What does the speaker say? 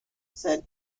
said